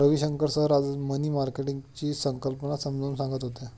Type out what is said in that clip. Ravishankar sir आज money मार्केटची संकल्पना समजावून सांगत होते